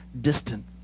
distant